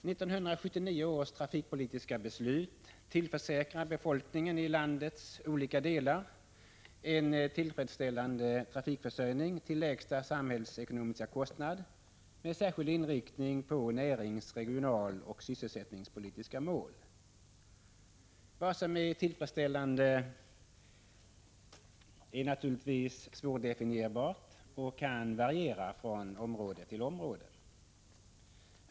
1979 års trafikpolitiska beslut tillförsäkrar befolkningen i landets olika delar en tillfredsställande trafikförsörjning till lägsta samhällsekonomiska kostnad med särskild inriktning på närings-, regionaloch sysselsättningspolitiska mål. Vad som är tillfredsställande är naturligtvis svårdefinierbart och kan variera från område till område.